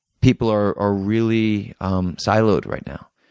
people are are really um siloed right now.